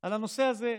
על הנושא הזה.